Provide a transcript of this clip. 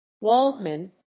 Waldman